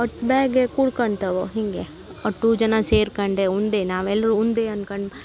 ಅಷ್ಟ್ ಬ್ಯಾಗ ಕೂಡ್ಕೊತವೋ ಹೀಗೆ ಅಷ್ಟೂ ಜನ ಸೇರ್ಕೊಂಡೆ ಉಂಡೆ ನಾವೆಲ್ಲರೂ ಒಂದೇ ಅನ್ಕಂಡು